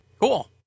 Cool